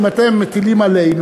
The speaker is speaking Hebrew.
אם אתם מטילים עלינו,